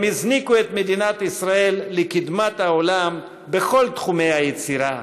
הם הזניקו את מדינת ישראל לקדמת העולם בכל תחומי היצירה,